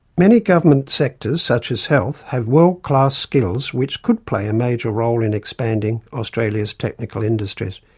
many government sectors such as health have world class skills which could play a major role in expanding australia's technical industries.